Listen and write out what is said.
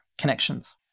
connections